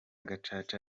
gacaca